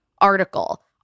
Article